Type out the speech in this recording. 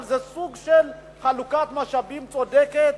אבל זה סוג של חלוקת משאבים צודקת,